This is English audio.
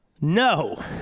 No